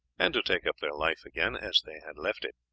and to take up their life again as they had left it.